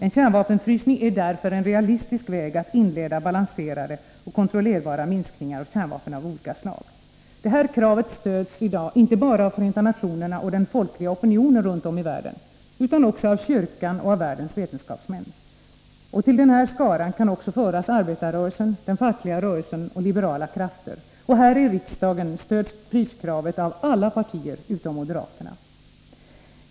En kärnvapenfrysning är därför en realistisk väg att inleda balanserade och kontrollerbara minskningar av kärnvapen av olika slag. Detta krav stöds i dag inte bara av Förenta nationerna och den folkliga opinionen runt om i världen, utan också av kyrkan och av världens vetenskapsmän. Till denna skara kan också föras arbetarrörelsen, den fackliga rörelsen och liberala krafter. Här i riksdagen stöds fryskravet av alla partier utom moderaterna.